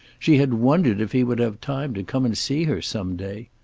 she had wondered if he would have time to come and see her, some day.